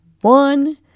one